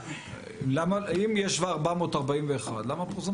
אבל אם יש 441 מיליון למה פורסם 741?